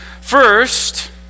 First